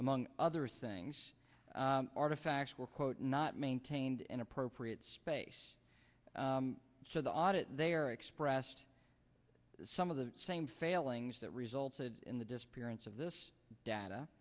among other things artifacts were quote not maintained in appropriate space so the audit they are expressed some of the same failings that resulted in the disappearance of this data